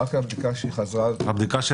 רק מהבדיקה שהיא עשתה בארץ?